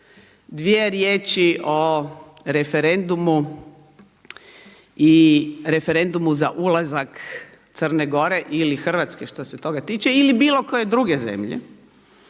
dvije riječi o referendumu i referendumu za ulazak Crne Gore ili Hrvatske što se toga tiče ili bilo koje druge zemlje